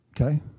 Okay